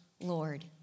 Lord